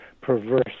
perverse